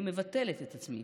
אני מבטלת את עצמי,